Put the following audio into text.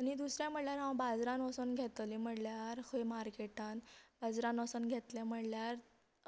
आनी दुसरे म्हणल्यार हांव बाजारान वोचोन खंय घेतले म्हणल्यार खंय मार्केटान बाजारान वोचोन घेतले म्हणल्यार